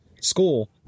school